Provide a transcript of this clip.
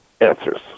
answers